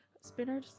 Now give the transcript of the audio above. Spinner